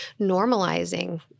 normalizing